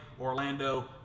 Orlando